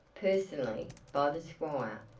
personally, by the squire,